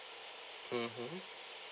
mmhmm